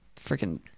freaking